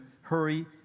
hurry